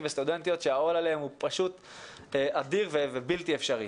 וסטודנטיות שהעול עליהם הוא פשוט אדיר ובלתי אפשרי.